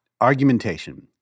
Argumentation